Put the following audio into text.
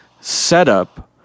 setup